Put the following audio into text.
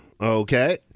Okay